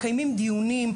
מקיימים דיונים.